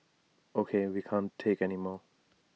O K we can't take anymore